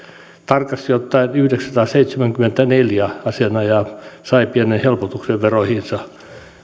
tarkasti ottaen yhdeksänsataaseitsemänkymmentäneljä asianajajaa sai pienen helpotuksen veroihinsa